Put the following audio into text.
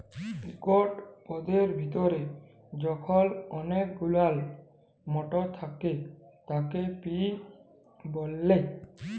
একট পদের ভিতরে যখল অলেক গুলান মটর থ্যাকে তাকে পি ব্যলে